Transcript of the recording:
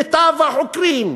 מיטב החוקרים,